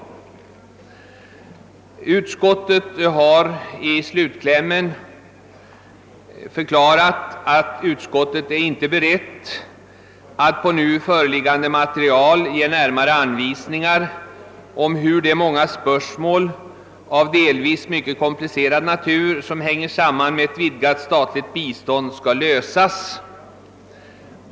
Utskottet har i sin slutkläm förklarat, att man på grundval av nu föreliggande material inte är redo att ge närmare anvisningar om hur de många delvis mycket komplicerade spörsmål, som sammanhänger med ett vidgat statligt bistånd, skall lösas.